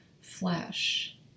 flesh